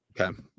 okay